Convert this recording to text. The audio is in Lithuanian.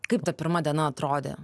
kaip ta pirma diena atrodė